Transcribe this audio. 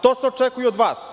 To se očekuje i od vas.